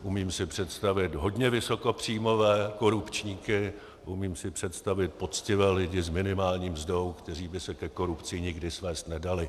Umím si představit hodně vysokopříjmové korupčníky, umím si představit poctivé lidi s minimální mzdou, kteří by se ke korupci nikdy svést nedali.